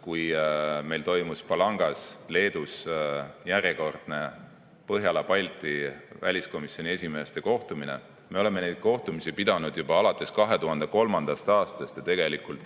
kui meil toimus Palangas, Leedus, järjekordne Põhjala-Balti väliskomisjoni esimeeste kohtumine. Me oleme neid kohtumisi pidanud juba alates 2003. aastast. Tegelikult